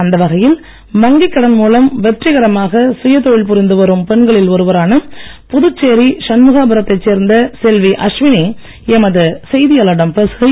அந்த வகையில் வங்கிக் கடன் மூலம் வெற்றிகரமாக சுயதொழில் புரிந்து வரும் பெண்களில் ஒருவரான புதுச்சேரி சண்முகாபுரத்தைச் சேர்ந்த செல்வி அஸ்வினி எமது செய்தியாளரிடம் பேசுகையில்